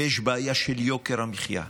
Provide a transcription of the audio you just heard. ויש בעיה של יוקר המחיה,